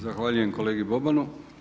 Zahvaljujem kolegi Bobanu.